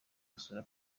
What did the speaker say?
gusura